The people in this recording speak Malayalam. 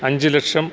അഞ്ച് ലക്ഷം